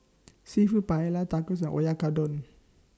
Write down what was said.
Seafood Paella Tacos and Oyakodon